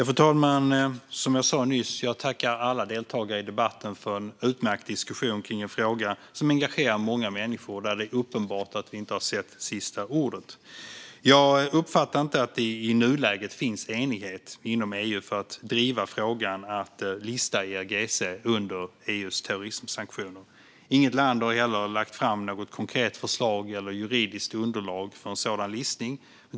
Fru talman! Jag vill åter tacka alla deltagare i debatten för en utmärkt diskussion kring en fråga som engagerar många människor och där det är uppenbart att sista ordet inte sagts. Jag uppfattar inte att det i nuläget finns enighet inom EU för att driva frågan att lista IRGC under EU:s terrorismsanktioner. Inget land har heller lagt fram något konkret förslag eller juridiskt underlag för en sådan listning.